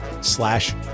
slash